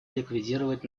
ликвидировать